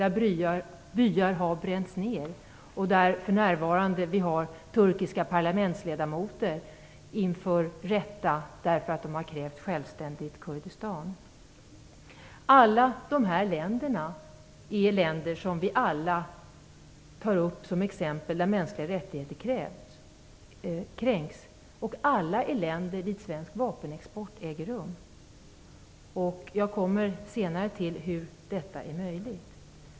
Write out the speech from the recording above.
Där har byar bränts ned och för närvarande står turkiska parlamentsledamöter inför rätta därför att de har krävt ett självständigt Kurdistan. Alla dessa länder är länder där mänskliga rättigheter kränks - det är vi alla överens om - och alla är länder dit svensk vapenexport går. Jag återkommer senare till hur detta är möjligt.